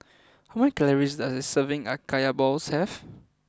how many calories does a serving of Kaya Balls have